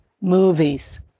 movies